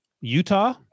Utah